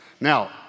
Now